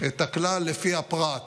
את הכלל לפי הפרט.